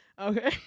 Okay